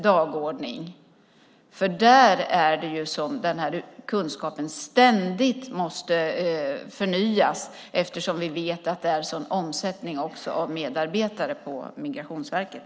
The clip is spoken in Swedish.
Det är ju där som den här kunskapen ständigt måste förnyas eftersom vi vet att det är en sådan omsättning av medarbetare på Migrationsverket.